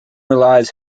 relies